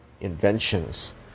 inventions